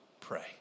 pray